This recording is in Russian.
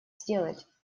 сделать